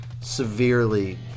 Severely